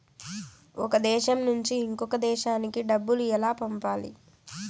ఒక దేశం నుంచి ఇంకొక దేశానికి డబ్బులు ఎలా పంపాలి?